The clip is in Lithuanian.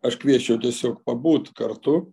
aš kviesčiau tiesiog pabūt kartu